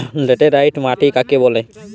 Laterite মাটি কাকে বলে?